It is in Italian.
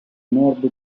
nord